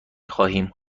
خواهیم